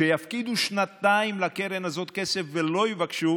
שיפקידו שנתיים לקרן הזאת כסף ולא יבקשו